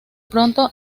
pronto